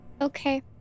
Okay